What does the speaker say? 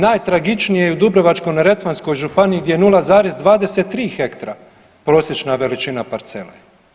Najtragičnije je u Dubrovačko-neretvanskoj županiji gdje je 0,23 hektara prosječna veličina parcele.